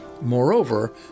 Moreover